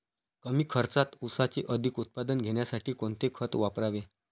कमी खर्चात ऊसाचे अधिक उत्पादन घेण्यासाठी कोणते खत वापरावे?